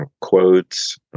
quotes